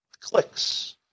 clicks